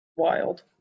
Wild